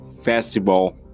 festival